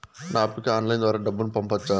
నా అప్పుకి ఆన్లైన్ ద్వారా డబ్బును పంపొచ్చా